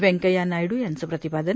व्यंकय्या नायडू यांचं प्रतिपादन